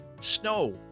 Snow